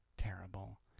terrible